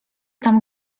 tam